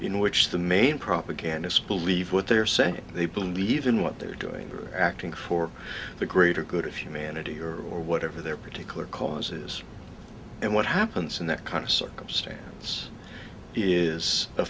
in which the main propagandists believe what they are saying they believe in what they're doing or acting for the greater good of humanity or whatever their particular cause is and what happens in that kind of circumstance is a